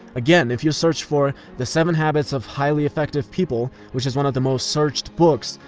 again, if you search for the seven habits of highly effective people, which is one of the most searched books,